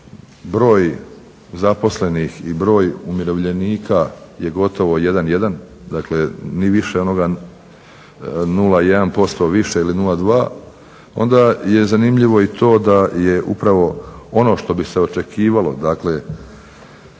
broj zaposlenih i broj umirovljenika je gotovo jedan jedan, dakle ni više onoga 0,1% više ili 0,2 onda je zanimljivo i to da je upravo ono što bi se očekivalo, dakle